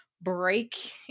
break